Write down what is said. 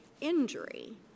injury